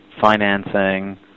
financing